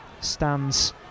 stands